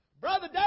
Brother